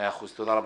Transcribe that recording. מאה אחוז, תודה רבה.